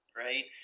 right